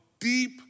deep